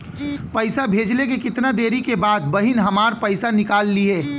पैसा भेजले के कितना देरी के बाद बहिन हमार पैसा निकाल लिहे?